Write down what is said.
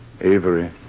Avery